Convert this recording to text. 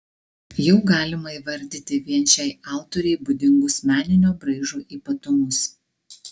jau galima įvardyti vien šiai autorei būdingus meninio braižo ypatumus